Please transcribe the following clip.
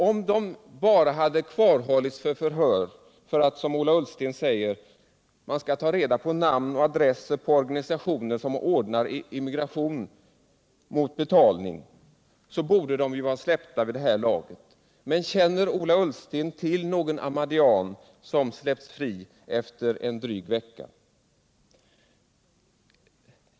Om dessa människor bara hade hållits kvar för förhör för att, som Ola Ullsten säger, man skall ta reda på namn och adress på organisationer som ordnar immigration mot betalning, borde de vara släppta vid det här laget. Men känner Ola Ullsten till någon ahmadiyyan som släppts fri efter en dryg vecka?